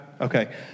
Okay